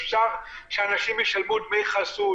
אפשר שאנשים ישלמו דמי חסות.